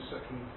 second